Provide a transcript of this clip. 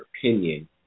opinion